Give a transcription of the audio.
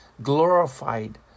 glorified